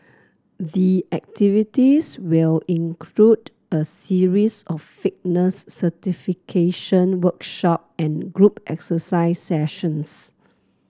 the activities will include a series of fitness certification workshop and group exercise sessions